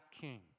king